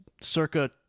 circa-